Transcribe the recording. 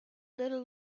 little